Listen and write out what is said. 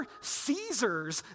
Caesars